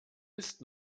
ist